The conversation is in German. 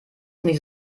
nicht